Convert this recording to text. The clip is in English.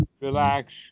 relax